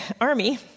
army